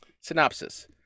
Synopsis